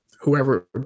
whoever